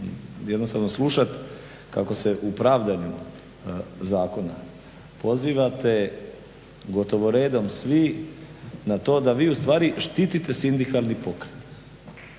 jednostavno slušati kako se u pravdanju zakon pozivate gotovo redom svi na to da vi ustvari štite sindikalni pokret,